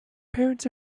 parents